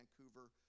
Vancouver